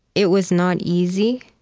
it was not easy.